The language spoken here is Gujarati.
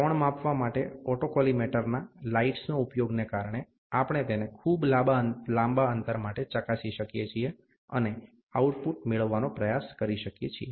કોણ માપવા માટે ઓટોકોલીમેટરના લાઇટ્સના ઉપયોગને કારણે આપણે તેને ખૂબ લાંબા અંતર માટે ચકાસી શકીએ છીએ અને આઉટપુટ મેળવવાનો પ્રયાસ કરી શકીએ છીએ